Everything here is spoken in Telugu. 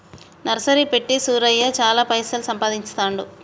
నర్సరీ పెట్టి సూరయ్య చాల పైసలు సంపాదిస్తాండు